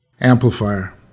Amplifier